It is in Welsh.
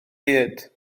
gyd